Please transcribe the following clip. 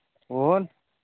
ओहो